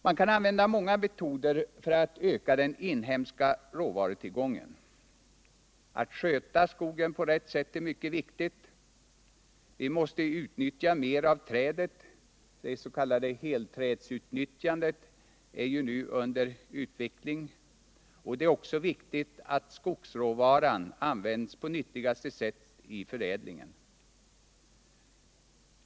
Man kan använda många metoder för att öka den inhemska råvarutillgången. Att sköta skogen på rätt sätt är mycket viktigt. Vi måste utnyttja mer av trädet — det s.k. helträdsutnyttjandet är nu under utveckling — och det är också viktigt att skogsråvaran används på nyttigaste sätt i förädlingen.